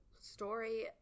story